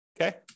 okay